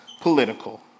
political